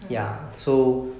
mm